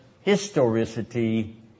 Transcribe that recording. historicity